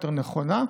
יותר נכונה,